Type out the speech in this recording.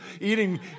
eating